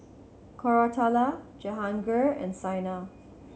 Koratala Jehangirr and Saina